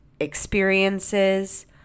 experiences